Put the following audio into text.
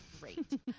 great